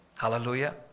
hallelujah